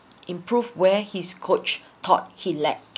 improved where his coach thought he lacked